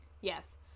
yes